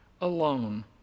alone